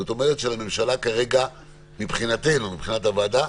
זאת אומרת שמבחינת הוועדה,